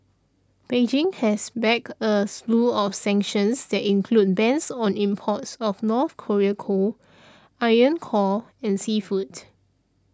Beijing has backed a slew of sanctions that include bans on imports of North Korean coal iron core and seafood